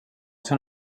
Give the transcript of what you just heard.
són